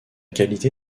qualité